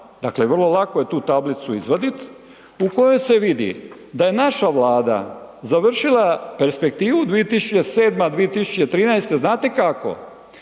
dakle vrlo lako je tu tablicu izvadit u kojoj se vidi da je naša Vlada završila perspektivu 2007.-2013., znate kako?